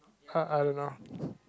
uh I dunno